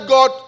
God